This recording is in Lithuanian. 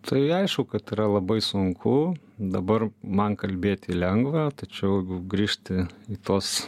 tai aišku kad yra labai sunku dabar man kalbėti lengva tačiau jeigu grįžti į tuos